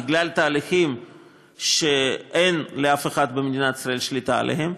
בגלל תהליכים שאין לאף אחד במדינת ישראל שליטה עליהם.